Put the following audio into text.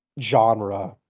genre